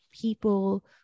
people